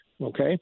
Okay